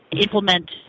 implement